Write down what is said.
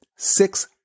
Six